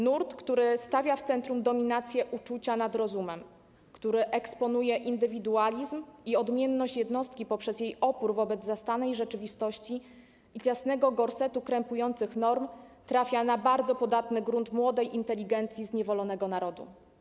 Nurt, który stawia w centrum dominację uczucia nad rozumem, który eksponuje indywidualizm i odmienność jednostki poprzez jej opór wobec zastanej rzeczywistości i ciasnego gorsetu krępujących norm, trafia na bardzo podatny grunt młodej inteligencji zniewolonego narodu.